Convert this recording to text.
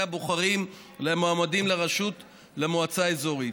הבוחרים למועמדים לרשות מועצה אזורית.